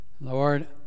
Lord